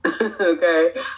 Okay